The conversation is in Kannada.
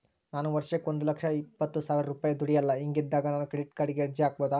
ನಾನು ವರ್ಷಕ್ಕ ಒಂದು ಲಕ್ಷ ಇಪ್ಪತ್ತು ಸಾವಿರ ರೂಪಾಯಿ ದುಡಿಯಲ್ಲ ಹಿಂಗಿದ್ದಾಗ ನಾನು ಕ್ರೆಡಿಟ್ ಕಾರ್ಡಿಗೆ ಅರ್ಜಿ ಹಾಕಬಹುದಾ?